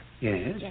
Yes